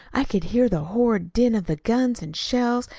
i could hear the horrid din of the guns and shells,